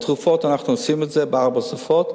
בתרופות אנחנו עושים את זה, בארבע שפות.